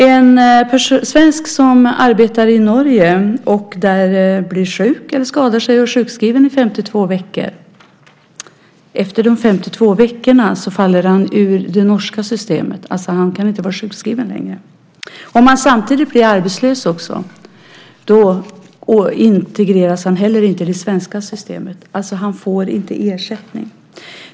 En svensk som arbetar i Norge, blir sjuk eller skadar sig och är sjukskriven i 52 veckor faller efter dessa 52 veckor ur det norska systemet. Han kan inte vara sjukskriven längre. Om han samtidigt blir arbetslös integreras han inte i det svenska systemet. Han får alltså ingen ersättning.